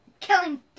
Killing